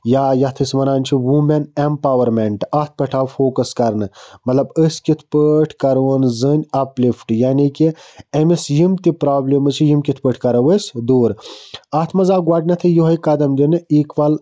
یا یَتھ أسۍ وَنان چھِ ووٗمیٚن ایٚمپاوَرمیٚنٛٹ اَتھ پٮ۪ٹھ آو فوکَس کَرنہٕ مطلب أسۍ کِتھ پٲٹھۍ کَرہون زٔنۍ اَپ لِفٹہٕ یعنی کہِ أمِس یِم تہِ پرٛابلِمٕز چھِ یِم کِتھ پٲٹھۍ کَرو أسۍ دوٗر اَتھ منٛز آو گۄڈٕنیٚتھٕے یِہوے قدم دِنہٕ اِکول